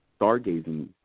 stargazing